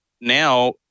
now